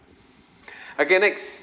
okay next